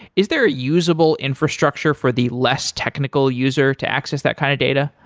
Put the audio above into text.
is there a usable infrastructure for the less technical user to access that kind of data?